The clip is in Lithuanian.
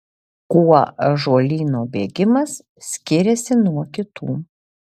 kuo ąžuolyno bėgimas skiriasi nuo kitų